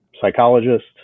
psychologist